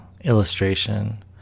illustration